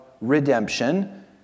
redemption